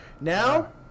now